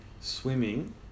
swimming